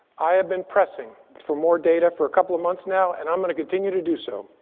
i have been pressing for more data for a couple of months now. and i'm going to continue to do so.